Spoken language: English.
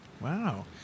Wow